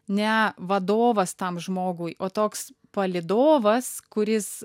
ne vadovas tam žmogui o toks palydovas kuris